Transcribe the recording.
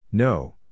No